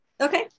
okay